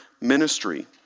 ministry